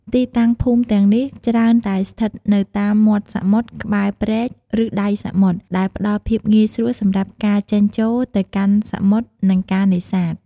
ទីតាំង ភូមិទាំងនេះច្រើនតែស្ថិតនៅតាម មាត់សមុទ្រ ក្បែរព្រែក ឬដៃសមុទ្រ ដែលផ្តល់ភាពងាយស្រួលសម្រាប់ការចេញចូលទៅកាន់សមុទ្រ និងការនេសាទ។